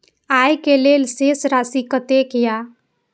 आय के लेल शेष राशि कतेक या?